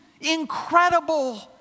incredible